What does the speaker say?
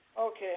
Okay